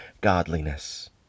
godliness